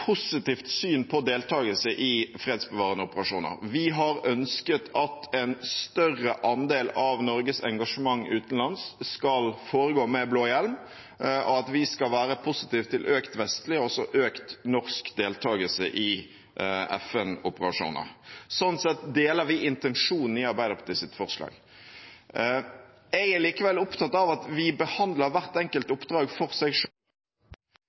positivt syn på deltakelse i fredsbevarende operasjoner. Vi har ønsket at en større andel av Norges engasjement utenlands skal foregå med blå hjelm, og at vi skal være positiv til økt vestlig og økt norsk deltakelse i FN-operasjoner. Sånn sett deler vi intensjonen i Arbeiderpartiets forslag. Jeg er likevel opptatt av at vi behandler hvert enkelt oppdrag for seg